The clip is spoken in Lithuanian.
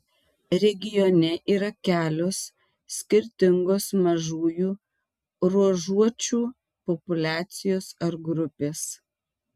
regione yra kelios skirtingos mažųjų ruožuočių populiacijos ar grupės